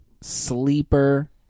Sleeper